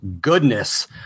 goodness